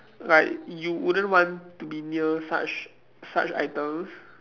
like you wouldn't want to be near such such items